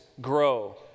grow